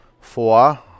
Four